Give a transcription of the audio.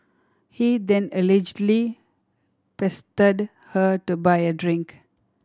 he then allegedly pestered her to buy a drink